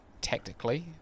tactically